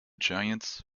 giants